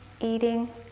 eating